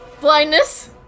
Blindness